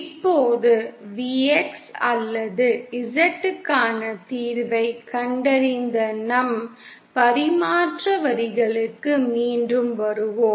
இப்போது Vx அல்லது Z க்கான தீர்வைக் கண்டறிந்த நம் பரிமாற்ற வரிகளுக்கு மீண்டும் வருவோம்